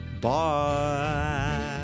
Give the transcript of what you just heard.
Bye